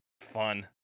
fun